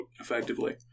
effectively